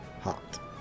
hot